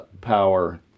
power